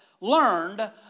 learned